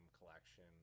collection